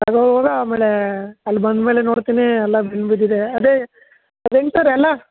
ಅದು ಆಮೇಲೆ ಅಲ್ಲಿ ಬಂದ ಮೇಲೆ ನೋಡ್ತೀನಿ ಎಲ್ಲ ಬೆಂಡ್ ಬಿದ್ದಿದೆ ಅದೇ